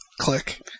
click